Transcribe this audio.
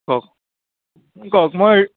কওক কওক মই